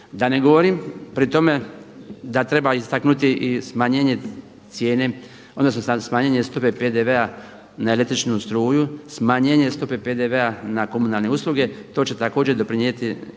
Da ne govorim pri tome da treba istaknuti i smanjenje cijene odnosno smanjenje stope PDV-a na električnu struju, smanjenje stope PDV-a na komunalne usluge, to će također doprinijeti i